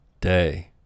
day